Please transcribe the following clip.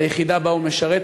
ליחידה שבה הוא משרת,